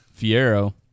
Fiero